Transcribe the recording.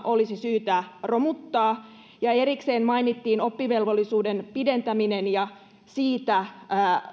olisi syytä romuttaa ja erikseen mainittiin oppivelvollisuuden pidentäminen ja siitä